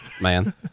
man